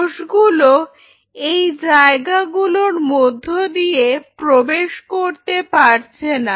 কোষগুলো এই জায়গাগুলোর মধ্য দিয়ে প্রবেশ করতে পারছে না